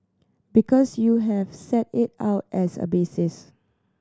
because you have set it out as a basis